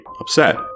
upset